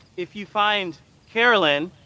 if you find carolyn,